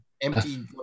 empty